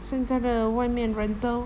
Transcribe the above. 现在的外面 rental